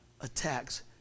attacks